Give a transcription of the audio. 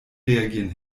reagieren